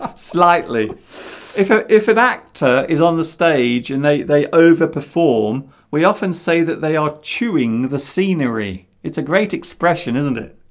ah slightly if ah if an actor is on the stage and they they oh perform we often say that they are chewing the scenery it's a great expression isn't it